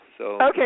Okay